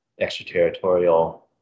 extraterritorial